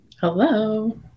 Hello